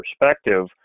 perspective